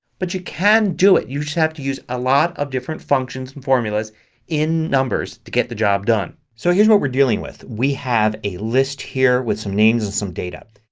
but you can do it. you just have to use a lot of different functions and formulas in numbers to get the job done. so here's what we're dealing with. we have a list here with some names and some data.